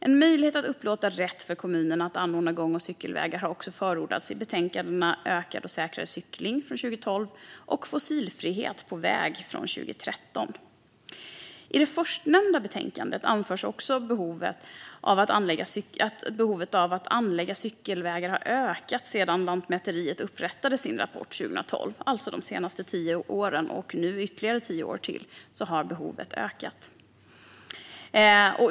En möjlighet att upplåta rätt för kommunerna att anordna gång och cykelvägar har också förordats i betänkandena Ökad och säkrare cykling , från 2012, och Fossilfrihet på väg , från 2013. I det förstnämnda betänkandet anfördes att behovet av att anlägga cykelvägar hade ökat sedan Lantmäteriet upprättade sin rapport 2002 - och nu har behovet ökat under ytterligare tio år.